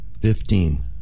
Fifteen